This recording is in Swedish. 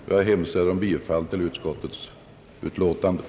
Jag yrkar, herr talman, bifall till utskottets hemställan.